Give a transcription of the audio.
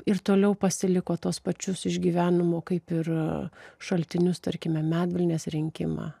ir toliau pasiliko tuos pačius išgyvenimo kaip ir šaltinius tarkime medvilnės rinkimą